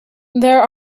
there